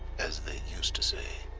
as they used to say.